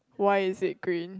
why is it green